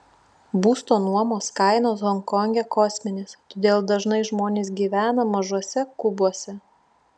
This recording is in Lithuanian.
būsto nuomos kainos honkonge kosminės todėl dažnai žmonės gyvena mažuose kubuose